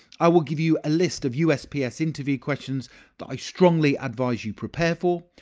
i will give you a list of usps interview questions that i strongly advise you prepare for.